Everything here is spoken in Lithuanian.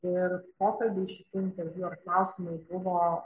ir pokalbiai šitų interviu ar klausimai buvo